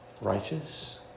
righteous